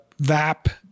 vap